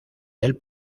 del